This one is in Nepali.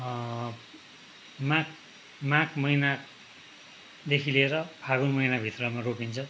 मा माघ महिनादेखि लिएर फागुन महिनाभित्रमा रोपिन्छ